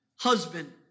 husband